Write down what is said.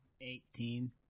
Eighteen